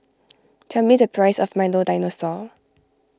tell me the price of Milo Dinosaur